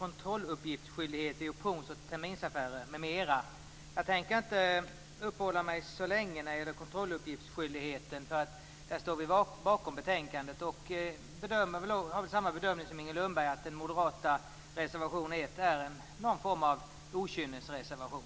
Kontrolluppgiftsskyldighet vid options och terminsaffärer, m.m. Jag tänker inte uppehålla mig så länge vid kontrolluppgiftsskyldigheten, därför att där står vi bakom majoriteten. Jag gör samma bedömning som Inger Lundberg, att den moderata reservationen nr 1 är någon form av okynnesreservation.